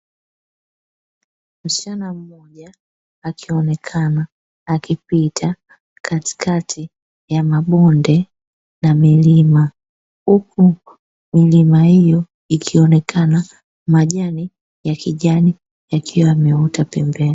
Msichana mmoja akionekana akipita katikati ya mabonde na milima, huku milima hiyo ikionekana majani ya kijani yakiwa yameota pembeni.